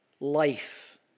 life